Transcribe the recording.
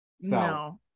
No